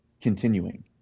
continuing